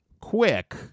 quick